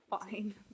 Fine